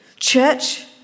Church